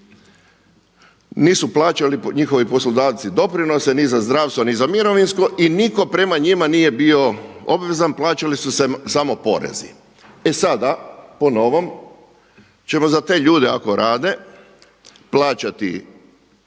Nisu plaćali njihovi poslodavci doprinose ni za zdravstvo ni za mirovinsko i nitko prema njima nije bio obvezan. Plaćali su se samo porezi. E sada, po novom, ćemo za te ljude ako rade plaćati